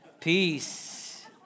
Peace